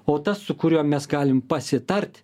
o tas su kuriuo mes galim pasitart